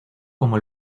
como